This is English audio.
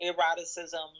Eroticism